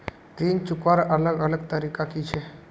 ऋण चुकवार अलग अलग तरीका कि छे?